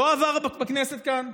לא עבר בכנסת כאן.